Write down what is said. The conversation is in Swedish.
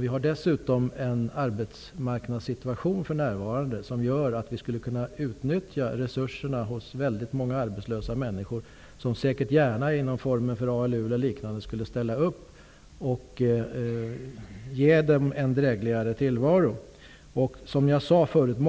Vi har dessutom för närvarande en arbetsmarknadssituation som gör att vi skulle kunna utnyttja resurserna hos väldigt många arbetslösa människor, som säkert gärna inom ramen för ALU eller liknande skulle ställa upp och ge uteliggarna en drägligare tillvaro. Socialministern talade om